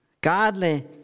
godly